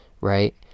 right